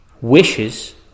wishes